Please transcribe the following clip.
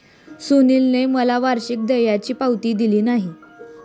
सुनीलने मला वार्षिक देयाची पावती दिली नाही